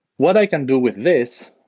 what i can do with this,